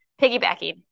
piggybacking